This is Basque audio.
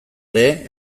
ere